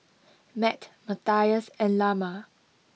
Mat Matthias and Lamar